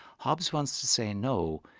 hobbes wants to say, no,